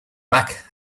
back